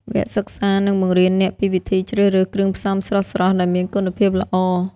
វគ្គសិក្សានឹងបង្រៀនអ្នកពីវិធីជ្រើសរើសគ្រឿងផ្សំស្រស់ៗដែលមានគុណភាពល្អ។